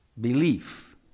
Belief